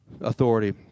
authority